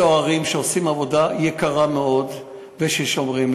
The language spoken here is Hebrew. סוהרים שעושים עבודה יקרה מאוד, וששומרים.